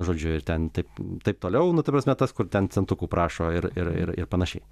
žodžiu ir ten taip taip toliau nu ta prasme tas kur ten centukų prašo ir ir ir ir panašiai